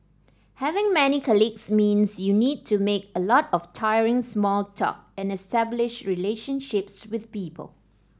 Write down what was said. having many colleagues means you need to make a lot of tiring small talk and establish relationships with people